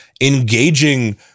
engaging